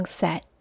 set